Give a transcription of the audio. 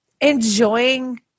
enjoying